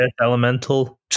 elemental